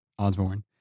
Osborne